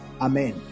Amen